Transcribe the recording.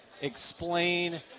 explain